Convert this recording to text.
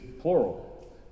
plural